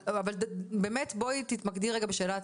אבל באמת בואי תתמקדי רגע בשאלת